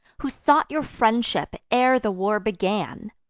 who sought your friendship ere the war began!